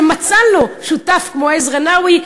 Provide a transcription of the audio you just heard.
שמצא לו שותף כמו עזרא נאווי,